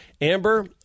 Amber